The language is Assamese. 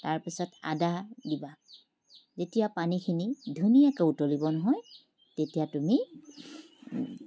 তাৰপাছত আদা দিবা যেতিয়া পানীখিনি ধুনীয়াকৈ উতলিব নহয় তেতিয়া তুমি